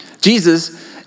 Jesus